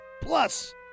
plus